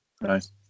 Nice